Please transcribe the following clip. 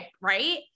Right